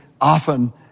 often